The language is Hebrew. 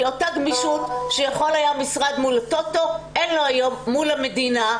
כי אותה גמישות שיכול היה המשרד מול הטוטו אין לו היום מול המדינה.